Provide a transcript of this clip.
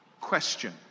Question